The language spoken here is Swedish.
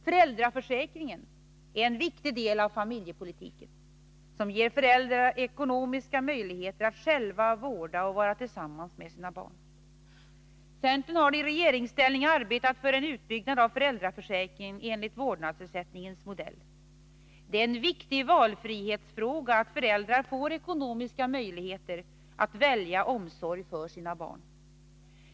Föräldraförsäkringen är en viktig del av familjepolitiken, som ger föräldrar ekonomiska möjligheter att själva vårda och vara tillsammans med sina barn. Centern har i regeringsställning arbetat för en utbyggnad av föräldraförsäkringen enligt vårdnadsersättningens modell. Det är en viktig valfrihetsfråga att föräldrar får ekonomiska möjligheter att välja omsorg för sina barn.